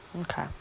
Okay